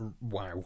Wow